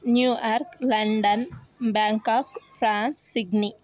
New York London Bangkok France Sydney